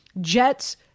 Jets